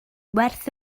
werth